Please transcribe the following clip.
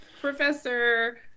professor